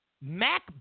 Mac